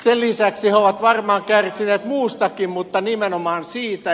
sen lisäksi he ovat varmaan kärsineet muustakin mutta nimenomaan siitä